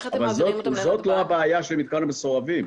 זאת לא הבעיה של מתקן המסורבים.